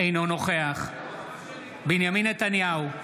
אינו נוכח בנימין נתניהו,